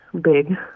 big